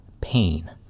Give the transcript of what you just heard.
pain